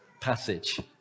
passage